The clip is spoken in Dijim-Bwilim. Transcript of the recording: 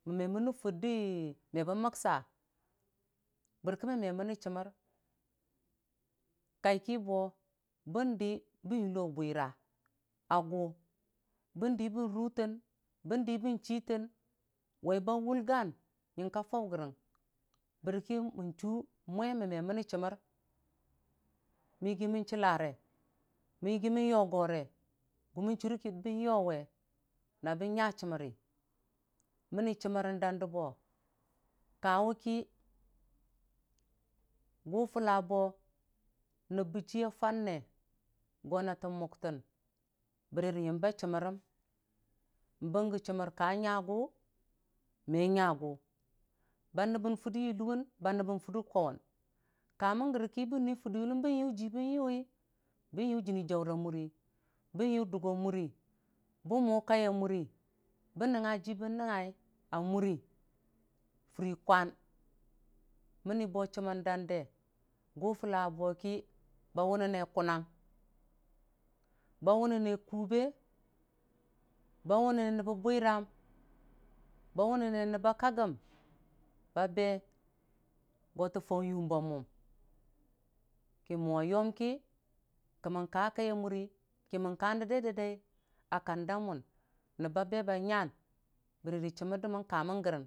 mən mene furdə me bən məksa bərki mən mene chəmmər kai ki bo bəni bən yilo bwira a gu bəndii bən rutən bəndii bən chitən wai ba wulgan yingka fau gəri bərki mən chu mwa mən me mənni chəmmər mɨyigi mən chillare mən yigi mən yogore gʊmə chʊrə ki bən yote nə bən nya chəmməri, mənni chəmmər dəndaa bo kaweki gʊ fulla bo nəbbə chiya fanne go natə mʊngtən bənge chəmmər ka nyagu, me nyagʊ ba nəbbən furda yilowun, ba nəbbən furdə kwauwʊn ka mən gare ki bə nui furdə kwawʊn bən yʊjibən yʊwi bən yʊ jənni jaura muri bən yʊdʊk a muri əbn mʊkaiya uri bən nəngnga jii bən nəngnga a muri furikwan mənni bo chəmmər dəndə gʊ fulla bo ki ba wʊnnəne gʊnʊng, ba wʊnəne kube ba wʊnnəne nəbbə bwiram, ba wʊnnəne nəbba kakgəm ba be gotə fau yʊmba mʊm ki mʊwa yomki kəmmən ka kai ya muri ki mən ka dədai- dədai a kan da nʊn nəbba be ba nyan.